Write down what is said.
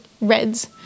reds